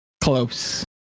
close